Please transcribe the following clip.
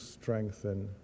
strengthen